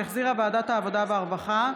שהחזירה ועדת העבודה והרווחה.